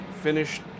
finished